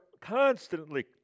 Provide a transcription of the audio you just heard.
constantly